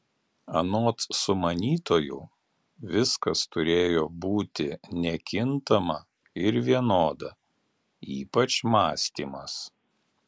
anot sumanytojų viskas turėjo būti nekintama ir vienoda ypač mąstymas